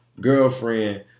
girlfriend